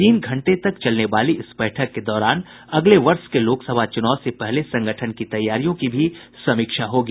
तीन घंटे तक चलने वाली इस बैठक के दौरान अगले वर्ष के लोकसभा चुनाव से पहले संगठन की तैयारियों की भी समीक्षा होगी